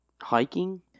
hiking